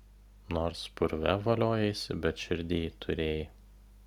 nors purve voliojaisi bet širdyj turėjai